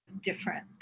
different